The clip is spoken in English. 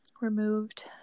removed